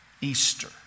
Easter